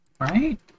Right